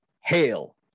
hail